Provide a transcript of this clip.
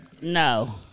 No